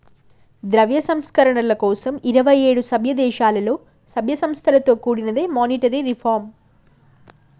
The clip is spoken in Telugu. ద్రవ్య సంస్కరణల కోసం ఇరవై ఏడు సభ్యదేశాలలో, సభ్య సంస్థలతో కూడినదే మానిటరీ రిఫార్మ్